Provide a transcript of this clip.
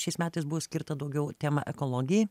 šiais metais buvo skirta daugiau tema ekologijai